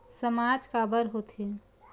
सामाज काबर हो थे?